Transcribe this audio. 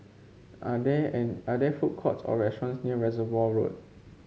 are there any are there food courts or restaurants near Reservoir Road